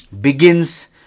begins